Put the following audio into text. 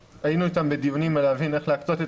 היינו איתם עכשיו בדיונים על להבין איך להקצות את